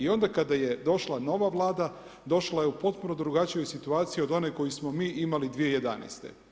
I onda kada je došla nova Vlada, došla je u potpuno drugačijoj situaciji od one koju smo mi imali 2011.